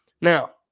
now